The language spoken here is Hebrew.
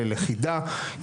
לכידה,